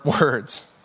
words